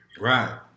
Right